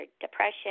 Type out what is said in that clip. depression